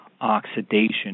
oxidation